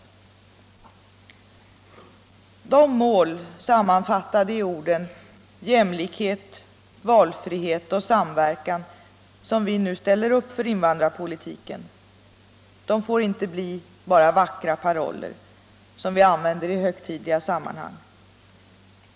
minoritetspolitiken, De mål, sammanfattade i orden jämlikhet, valfrihet och samverkan, m.m. som vi nu ställer upp för invandrarpolitiken får inte bli bara vackra paroller som vi använder i högtidliga sammanhang.